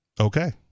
Okay